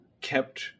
kept